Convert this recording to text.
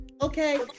Okay